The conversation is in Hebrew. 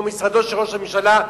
או משרד ראש הממשלה.